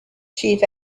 chief